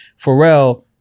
Pharrell